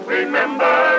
remember